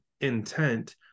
intent